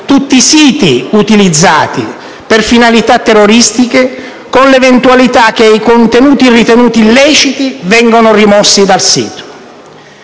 tutti i siti utilizzati per finalità terroristiche, con l'eventualità che i contenuti ritenuti illeciti vengano rimossi dal sito.